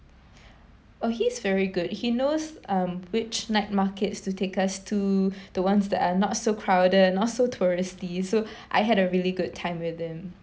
oh he's very good he knows um which night markets to take us to the ones that are not so crowded not also touristy so I had a really good time with him